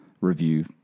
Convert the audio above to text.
review